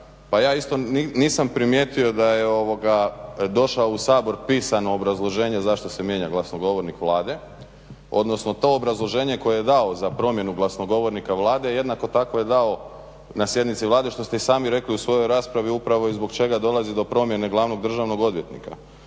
Pa ja isto nisam primijetio da je došlo u Sabor pisano obrazloženje zašto se mijenja glasnogovornik Vlade, odnosno to obrazloženje koje je dao za promjenu glasnogovornika Vlade jednako tako je dao na sjednici Vlade što ste i sami rekli u svojoj raspravi upravo i zbog čega dolazi do promjene glavnog državnog odvjetnika.